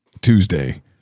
Tuesday